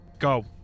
Go